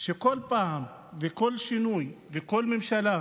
שבכל פעם ובכל שינוי ובכל ממשלה,